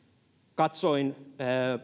katsoin